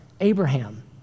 Abraham